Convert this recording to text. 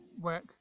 work